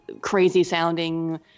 crazy-sounding